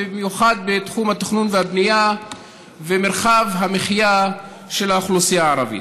במיוחד בתחום התכנון והבנייה ומרחב המחיה של האוכלוסייה הערבית.